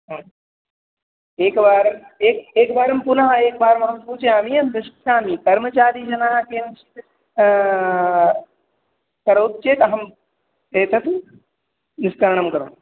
एकवारम् एकम् एकवारं पुनः एकवारम् अहं सूचयामि अहं दृष्ट्वा कर्मचारिणः जनाः किञ्चित् करोति चेत् अहम् एतत् निष्करणं करोमि